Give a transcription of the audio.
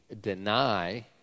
deny